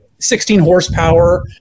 16-horsepower